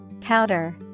Powder